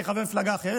כחבר מפלגה אחרת,